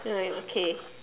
nevermind okay